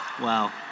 Wow